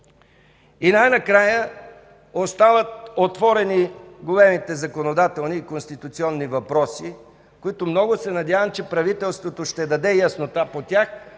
И най-накрая остават отворени големите законодателни конституционни въпроси, за които много се надявам, че правителството ще даде яснота по тях,